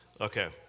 Okay